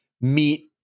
meet